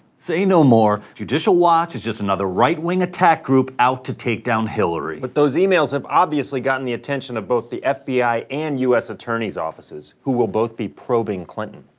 say no more, judicial watch is just another right-wing attack group, out to take down hillary. but those emails have obviously gotten the attention of both the fbi and us attorney's offices, who will both be probing clinton.